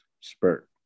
spurt